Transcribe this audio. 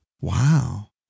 Wow